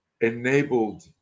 enabled